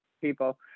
people